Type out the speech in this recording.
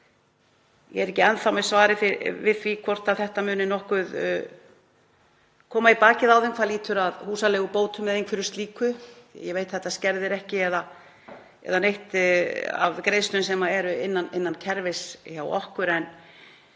Ég er ekki enn þá með svarið við því hvort þetta muni nokkuð koma í bakið á þeim hvað lýtur að húsaleigubótum eða einhverju slíku. Ég veit að þetta skerðir ekki neitt af greiðslum sem eru innan kerfis hjá okkur en